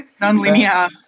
non-linear